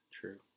True